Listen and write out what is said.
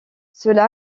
cela